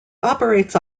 operates